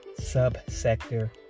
subsector